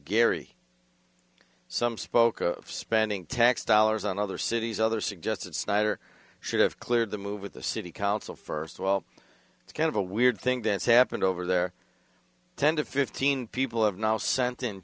gary some spoke of spending tax dollars on other cities other suggested snyder should have cleared the move with the city council first of all it's kind of a weird thing that's happened over there ten to fifteen people have now sent